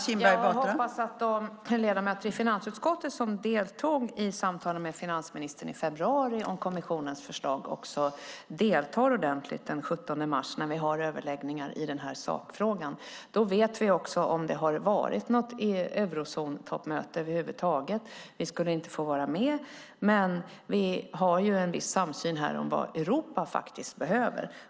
Fru talman! Jag hoppas att de ledamöter i finansutskottet som i februari deltog i samtalet med finansministern om kommissionens förslag också deltar ordentligt den 17 mars, när vi har överläggningar i denna sakfråga. Då vet vi också om det har varit något eurozontoppmöte över huvud taget. Vi skulle inte få vara med, men vi har en viss samsyn om vad Europa faktiskt behöver.